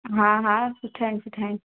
हा हा सुठा आहिनि सुठा आहिनि